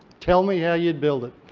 tell me how you'd build it.